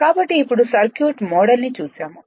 కాబట్టి ఇప్పుడు circuit model ని చూశాము